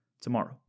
tomorrow